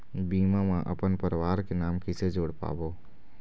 बीमा म अपन परवार के नाम किसे जोड़ पाबो?